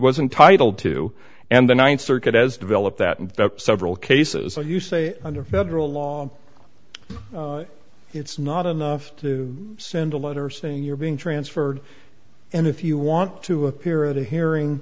wasn't titled to and the ninth circuit has developed that in several cases where you say under federal law it's not enough to send a letter saying you're being transferred and if you want to appear at a hearing